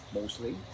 mostly